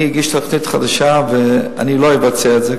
אני אגיש תוכנית חדשה ואני לא אבצע את זה,